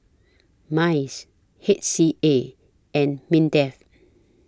Minds H S A and Mindef